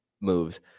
moves